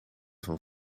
van